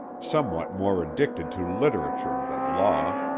somewhat more addicted to literature than law,